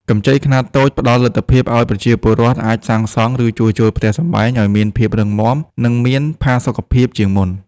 កម្ចីខ្នាតតូចផ្ដល់លទ្ធភាពឱ្យប្រជាពលរដ្ឋអាចសាងសង់ ឬជួសជុលផ្ទះសម្បែងឱ្យមានភាពរឹងមាំ និងមានផាសុកភាពជាងមុន។